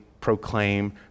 proclaim